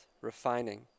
refining